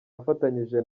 afatanyije